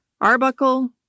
Arbuckle